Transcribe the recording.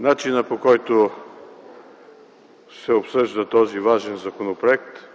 Начинът, по който се обсъжда този важен законопроект,